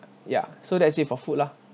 ya so that's it for food lah